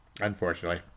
unfortunately